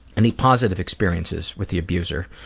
any positive experiences with the abuser?